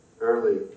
early